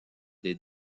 des